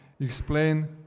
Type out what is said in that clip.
explain